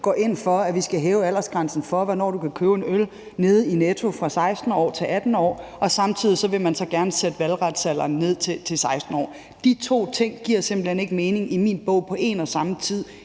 går ind for, at vi skal hæve aldersgrænsen for, hvornår du kan købe en øl nede i Netto, fra 16 år til 18 år. Samtidig vil man så gerne sætte valgretsalderen ned til 16 år. De to ting giver i min bog simpelt hen ikke mening på en og samme tid,